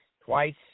twice